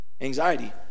anxiety